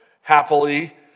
happily